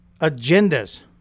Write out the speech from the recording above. agendas